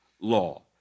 law